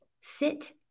sit